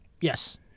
Yes